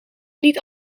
niet